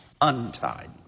untied